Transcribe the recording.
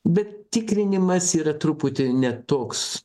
bet tikrinimas yra truputį ne toks